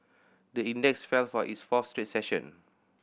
the index fell for its fourth straight session